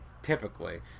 typically